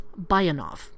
Bayanov